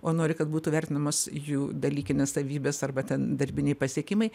o nori kad būtų vertinamas jų dalykinės savybės arba ten darbiniai pasiekimai